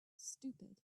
stupid